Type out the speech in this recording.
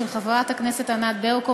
של חברת הכנסת ענת ברקו,